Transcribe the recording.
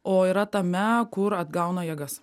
o yra tame kur atgauna jėgas